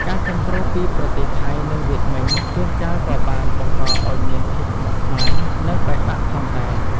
ការគាំទ្រពីប្រទេសថៃ និងវៀតមិញ ជួនកាលក៏បានបង្កឱ្យមានភាពស្មុគស្មាញ និងបែកបាក់ផងដែរ។